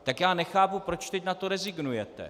Tak já nechápu, proč teď na to rezignujete.